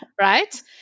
right